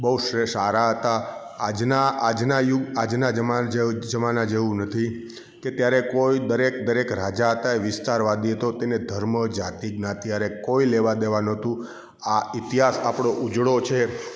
બહુ શ્રે સારા હતા આજનાં આજનાં આજનાં યુગ જમાના જેવું નથી કે ત્યારે કોઈ દરેક દરેક રાજા હતા એ વિસ્તારવાદી હતો તેને ધર્મ જાતિ જ્ઞાતિ સાથે કોઈ લેવા દેવા ન હતું આ ઈતિહાસ આપણો ઉજડો છે